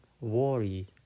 worry